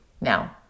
Now